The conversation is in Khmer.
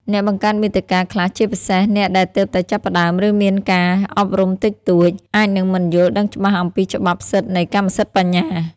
អ្នកបង្កើតមាតិកាខ្លះ ជាពិសេសអ្នកដែលទើបតែចាប់ផ្ដើម ឬមានការអប់រំតិចតួច អាចនឹងមិនយល់ដឹងច្បាស់អំពីច្បាប់សិទ្ធិនៃកម្មសិទ្ធិបញ្ញា។